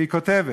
והיא כותבת